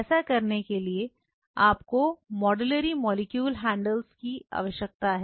ऐसा करने के लिए आपको मॉडलरी मॉलिक्यूलर हैंडल की आवश्यकता है